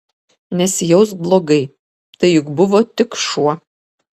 nesijausk blogai tai juk buvo tik šuo